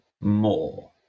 More